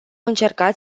încercat